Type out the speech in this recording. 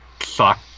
suck